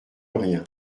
rien